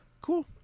Cool